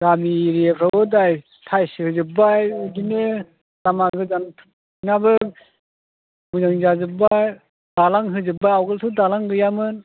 गामि एरियाफ्रावबो दा टाइल्स होजोब्बाय बिदिनो लामा गोदानफोरनाबो मोजां जाजोबबाय दालां होजोबबाय आगोलावथ' दालां गैयामोन